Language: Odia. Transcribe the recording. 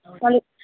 ତା'ହେଲେ